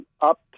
up